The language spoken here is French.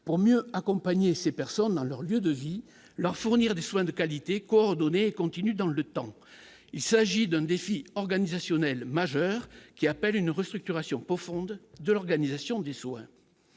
pour mieux accompagner ces personnes dans leur lieu de vie, leur fournir des soins de qualité coordonné continue dans le temps, il s'agit d'un défi organisationnel majeur qui appelle une restructuration profonde de l'organisation des soins,